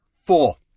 Four